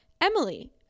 Emily